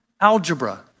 algebra